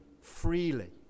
freely